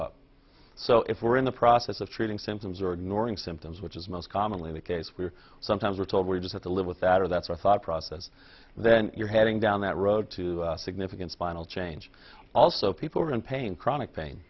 up so if we're in the process of treating symptoms or ignoring symptoms which is most commonly the case we're sometimes we're told we just have to live with that or that's our thought process then you're heading down that road to significant spinal change also people are in pain chronic pain